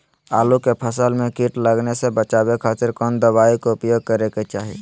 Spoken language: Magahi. आलू के फसल में कीट लगने से बचावे खातिर कौन दवाई के उपयोग करे के चाही?